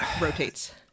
rotates